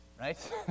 Right